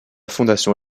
fondation